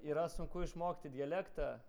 yra sunku išmokti dialektą